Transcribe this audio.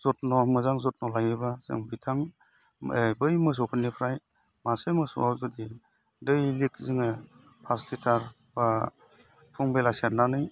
जोथोन मोजां जोथोन लायोबा जों बिथां बै मोसौफोरनिफ्राय मासे मोसौआ जुदि दैलि जोङो पास लिटार बा फुं बेलासि सेरनानै